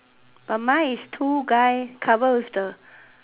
but mine is two guy cover with the